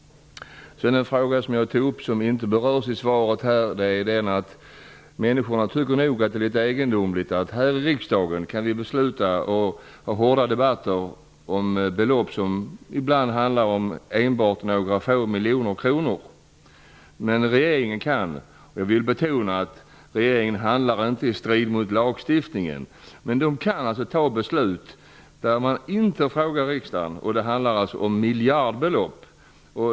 En fråga som jag tog upp, men som inte berördes i svaret, är att människor nog tycker att det är egendomligt att vi här i riksdagen kan ha hårda debatter och besluta om belopp som ibland rör sig om enbart några få miljoner kronor, medan regeringen -- och jag vill betona att regeringen inte handlar i strid mot lagen -- allstå kan fatta beslut utan att fråga riksdagen som handlar om miljardbelopp.